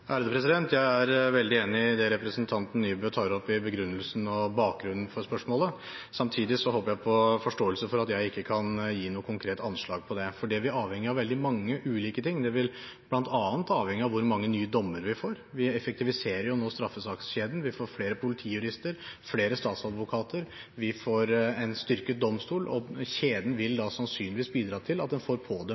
Jeg er veldig enig i det representanten Nybø tar opp som begrunnelse og bakgrunn for spørsmålet. Samtidig håper jeg på forståelse for at jeg ikke kan gi noe konkret anslag for dette, for det vil avhenge av veldig mange ulike ting, bl.a. av hvor mange nye dommer vi får. Vi effektiviserer nå straffesakskjeden. Vi får flere politijurister og flere statsadvokater. Vi får en styrket domstol. Kjeden vil sannsynligvis bidra til at en får pådømt flere kriminelle. Vi har jo sett den siste tiden at vi, på